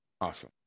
Awesome